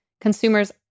consumers